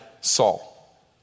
Saul